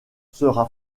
sera